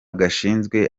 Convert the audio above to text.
gashinzwe